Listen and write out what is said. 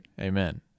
Amen